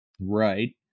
right